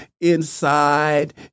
inside